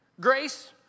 grace